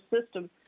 system